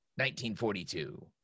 1942